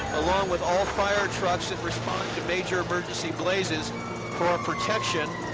along with all fire trucks that respond to major emergency blazes for our protection.